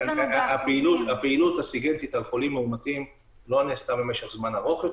הפעילות הסיגינטית על חולים מאומתים לא נעשתה במשך זמן ארוך,